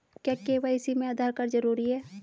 क्या के.वाई.सी में आधार कार्ड जरूरी है?